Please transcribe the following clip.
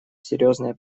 серьезная